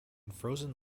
frozen